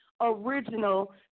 original